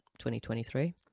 2023